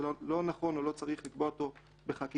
ולא נכון או לא צריך לקבוע אותו בחקיקה.